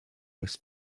was